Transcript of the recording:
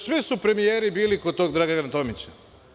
Svi su premijeri bili kod tog Dragan Tomića.